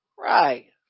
right